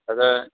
അത്